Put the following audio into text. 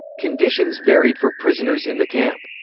conditions varied for prisoners in the camp.